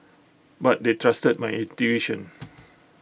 but they trusted my intuition